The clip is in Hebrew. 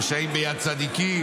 רשעים ביד צדיקים.